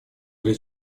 для